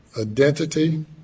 identity